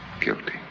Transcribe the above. guilty